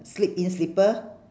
slip in slipper